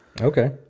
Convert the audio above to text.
Okay